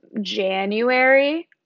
January